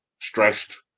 stressed